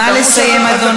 נא לסיים, אדוני.